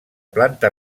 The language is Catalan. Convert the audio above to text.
planta